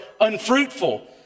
unfruitful